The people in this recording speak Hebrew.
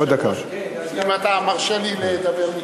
האם אתה מרשה לי לדבר מכאן?